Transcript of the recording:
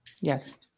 Yes